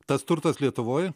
tas turtas lietuvoj